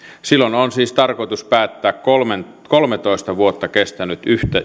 silloin on siis tarkoitus päättää kolmetoista vuotta kestänyt